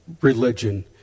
religion